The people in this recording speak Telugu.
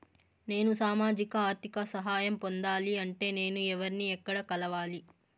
నేను సామాజిక ఆర్థిక సహాయం పొందాలి అంటే నేను ఎవర్ని ఎక్కడ కలవాలి?